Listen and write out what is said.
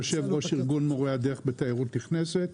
יושב ראש ארגון מורי הדרך בתיירות נכנסת.